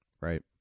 right